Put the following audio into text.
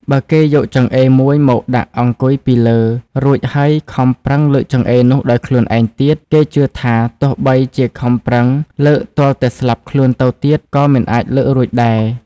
បើគេយកចង្អេរមួយមកដាក់អង្គុយពីលើ រួចហើយខំប្រឹងលើកចង្អេរនោះដោយខ្លួនឯងទៀត គេជឿថា ទោះបីជាខំប្រឹងលើកទាល់តែស្លាប់ខ្លួនទៅទៀត ក៏មិនអាចលើករួចដែរ។